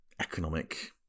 economic